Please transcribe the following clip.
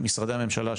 משרדי הממשלה,